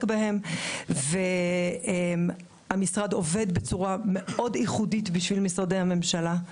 בהם והמשרד עובד בצורה מאוד ייחודית במשרדי הממשלה.